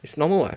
it's normal [what]